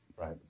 Right